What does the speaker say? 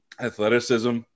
athleticism